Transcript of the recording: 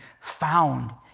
found